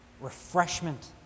refreshment